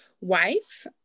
wife